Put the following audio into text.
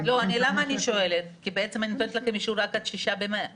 אני שואלת כי אני נותנת לכם אישור רק עד 6 במרס.